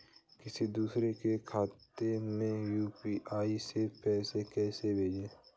किसी दूसरे के खाते में यू.पी.आई से पैसा कैसे भेजें?